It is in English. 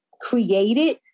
created